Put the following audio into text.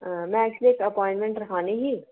में एक्चुअली इक अपाइंटमेंट रखानी ही